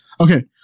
Okay